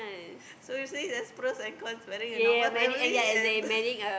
so you see there's pros and cons marrying a normal family and